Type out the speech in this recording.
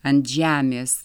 ant žemės